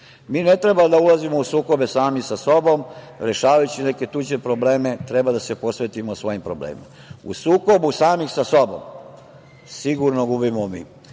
Mi ne treba da ulazimo u sukobe sami sa sobom, rešavajući neke tuđe probleme, treba da se posvetimo svojim problemima. U sukobu samih sa sobom sigurno gubimo mi. Mi